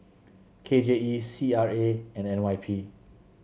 K J E C R A and N Y P